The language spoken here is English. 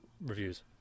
reviews